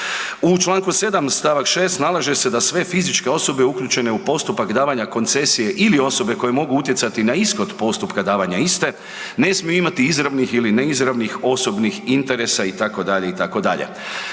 U čl. 7. st. 6. nalaže se da sve fizičke osobe uključene u postupak davanja koncesije ili osobe koje mogu utjecati na ishod postupka davanja iste, ne smiju imati izravnih ili neizravnih osobnih interesa itd., itd.